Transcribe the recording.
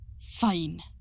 Fine